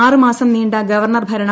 ആറ് മാസം നീണ്ട ഗവർണർ ഭരണം